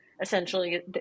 Essentially